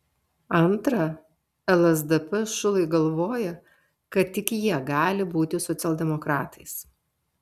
antra lsdp šulai galvoja kad tik jie gali būti socialdemokratais